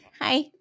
Hi